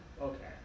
Okay